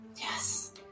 Yes